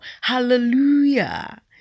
Hallelujah